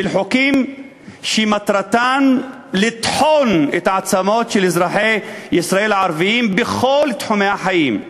חוקים שמטרתם לטחון את העצמות של אזרחי ישראל הערבים בכל תחומי החיים.